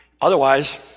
Otherwise